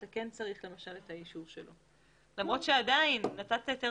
אתה כן צריך למשל את האישור שלו למרות שעדיין נתת היתר